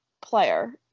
player